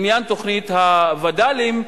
עניין תוכנית הווד"לים,